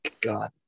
God